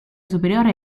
superiore